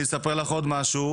אני אספר לך עוד משהו,